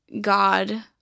God